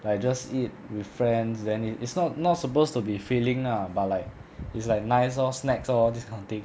like just eat with friends then it it's not not supposed to be filling lah but like it's like nice lor snacks lor this just kind of thing